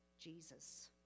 Jesus